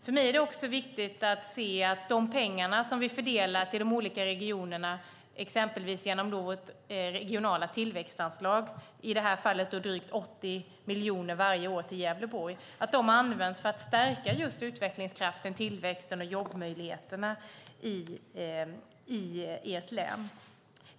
För mig är det också viktigt att se att de pengar vi fördelar till de olika regionerna - exempelvis genom regionala tillväxtanslag, i det här fallet drygt 80 miljoner varje år till Gävleborg - används för att just stärka utvecklingskraften, tillväxten och jobbmöjligheterna i länet.